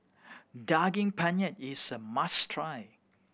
Daging Penyet is a must try